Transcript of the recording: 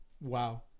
Wow